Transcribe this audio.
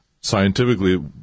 scientifically